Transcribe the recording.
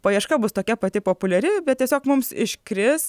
paieška bus tokia pati populiari bet tiesiog mums iškris